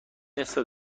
نصف